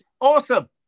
Awesome